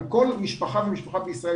על כל משפחה ומשפחה בישראל,